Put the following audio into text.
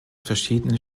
verschiedenen